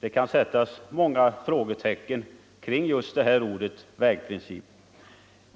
det kan sättas många frågetecken kring just ordet vägprincip.